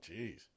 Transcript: jeez